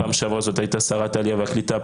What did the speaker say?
פעם שעברה זאת הייתה שרת העלייה והקליטה,